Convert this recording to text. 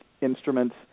instruments